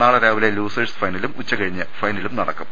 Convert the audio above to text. നാളെ രാവിലെ ലൂസേഴ്സ് ഫൈനലും ഉച്ചകഴിഞ്ഞ് ഫൈനലും നടക്കും